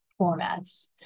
formats